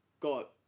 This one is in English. got